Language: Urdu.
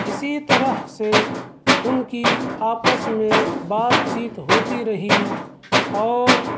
اسی طرح سے ان کی آپس میں بات چیت ہوتی رہی اور